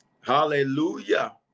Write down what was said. Hallelujah